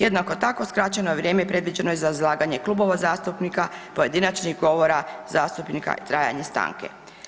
Jednako tako skraćeno je vrijeme predviđeno za izlaganje klubova zastupnika, pojedinačnih govora zastupnika i trajanje stanke.